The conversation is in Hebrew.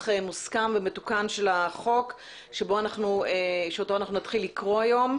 מוסכם ומתוקן של החוק שאותו נתחיל לקרוא היום.